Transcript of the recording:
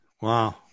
Wow